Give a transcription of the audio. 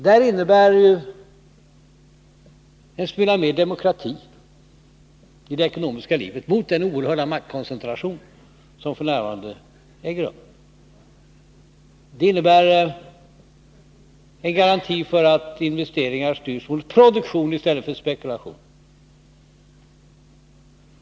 Detta innebär en smula mer demokrati i det ekonomiska livet i stället för den oerhörda maktkoncentration som f.n. finns. Det betyder också att investeringarna styrs mot produktion i stället för mot spekulation.